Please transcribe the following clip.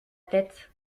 tête